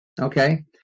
okay